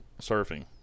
surfing